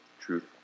truth